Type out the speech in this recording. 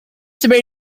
debate